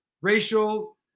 racial